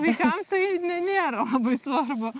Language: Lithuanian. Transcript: vaikams tai nė nėra labai svarbu